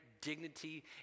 dignity